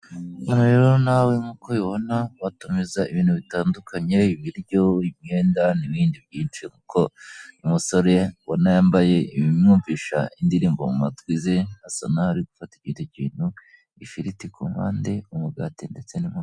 Amafaranga ni ingenzi mu buzima bwacu. Ubu hari uburyo bwizewe bwo kuyabika dukoresheje ikoranabuhanga. Bigatuma agira umutekano bikakurinda abajura. Aho ugeze hose ukaba wakwishyura ibyo ushaka bitakugoye.